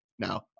Now